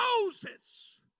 Moses